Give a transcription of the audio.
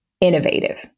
innovative